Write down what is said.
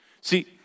See